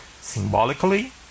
symbolically